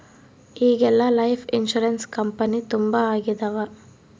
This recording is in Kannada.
ಈಗೆಲ್ಲಾ ಲೈಫ್ ಇನ್ಸೂರೆನ್ಸ್ ಕಂಪನಿ ತುಂಬಾ ಆಗಿದವ